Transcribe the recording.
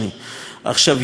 יחד עם זה,